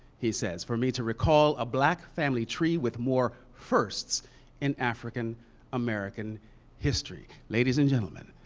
he says, for me to recall a black family tree with more firsts in african american history. ladies and gentlemen,